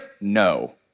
No